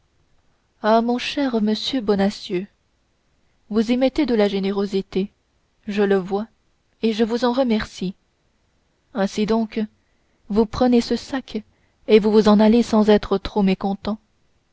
ah mon cher monsieur bonacieux vous y mettez de la générosité je le vois et je vous en remercie ainsi donc vous prenez ce sac et vous vous en allez sans être trop mécontent